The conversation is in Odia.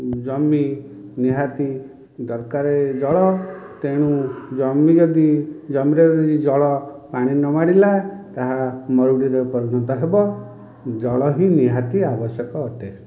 ଜମି ନିହାତି ଦରକାର ଜଳ ତେଣୁ ଜମି ଯଦି ଜମିର ଯଦି ଜଳ ପାଣି ନ ମାଡ଼ିଲା ତାହା ମରୁଡ଼ିର ପରିଣତ ହେବ ଜଳ ହିଁ ନିହାତି ଆବଶ୍ୟକ ଅଟେ